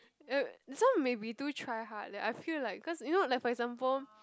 eh this one may be too try hard that I feel like cause you know like for example